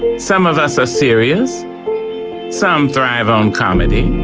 some of us are serious some thrive on comedy.